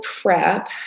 prep